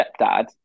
stepdad